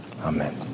Amen